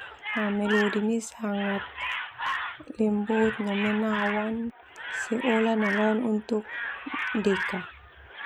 Melody nia sangat lembut no menawan seolah nalon untuk deka.